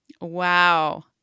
wow